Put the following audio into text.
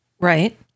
Right